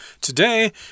today